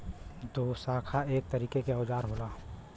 दोशाखा एक तरीके के औजार होला